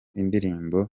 indirimbo